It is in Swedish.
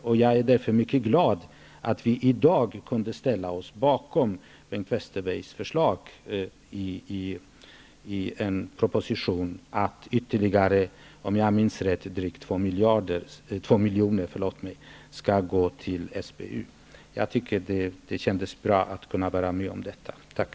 Därför är jag mycket glad att vi skulle kunna ställa oss bakom Bengt Westerbergs förslag i en proposition att -- om jag minns rätt -- drygt 2 milj.kr. ytterligare skall gå till SBU. Jag tycker att det skulle kännas bra att kunna vara med om detta. Tack.